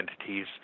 entities